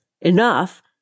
enough